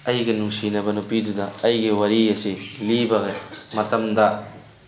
ꯑꯩꯒꯤ ꯅꯨꯡꯁꯤꯅꯕ ꯅꯨꯄꯤꯗꯨꯗ ꯑꯩꯒꯤ ꯋꯥꯔꯤ ꯑꯁꯤ ꯂꯤꯕ ꯃꯇꯝꯗ